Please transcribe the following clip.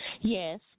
Yes